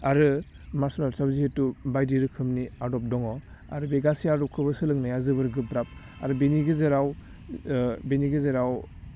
आरो मारसेल आर्ट्सआव जिहेथु बायदि रोखोमनि आदब दङ आरो बे गासै आदबखौबो सोलोंनाया जोबोर गोब्राब आरो बेनि गेजेराव बेनि गेजेराव